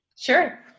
sure